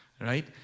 right